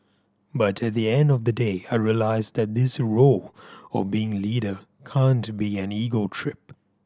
but at the end of the day I realised that this role of being leader can't be an ego trip